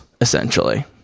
essentially